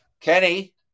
Kenny